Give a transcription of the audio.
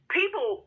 people